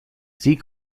sie